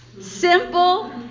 Simple